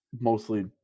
Mostly